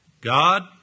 God